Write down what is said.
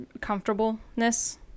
comfortableness